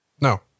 No